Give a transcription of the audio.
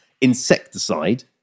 insecticide